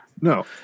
No